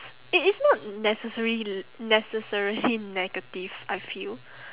it is not necessaril~ necessarily negative I feel